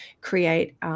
create –